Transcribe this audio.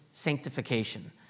Sanctification